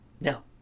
No